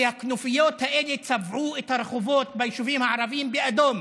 כי הכנופיות האלה צבעו את הרחובות ביישובים הערביים באדום,